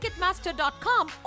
ticketmaster.com